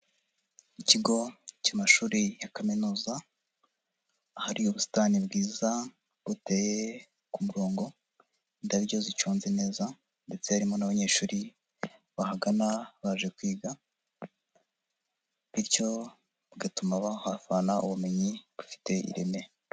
Ikigo cy'amashuri ya kaminuza ahari ubusitani bwiza buteye ku murongo, indabyo zicunze neza ndetse harimo n'abanyeshuri bahangana baje kwiga, bityo bigatuma bahavana ubumenyi bufite ireme.